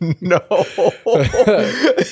No